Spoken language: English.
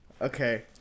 Okay